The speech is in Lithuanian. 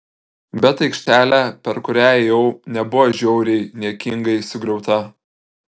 bet aikštelė per kurią ėjau nebuvo žiauriai niekingai sugriauta